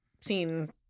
seen